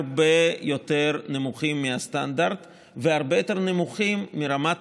הרבה יותר נמוכים מהסטנדרט והרבה יותר נמוכים מרמת